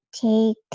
take